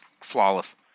flawless